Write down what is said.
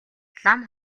лам